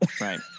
Right